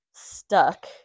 Stuck